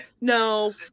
no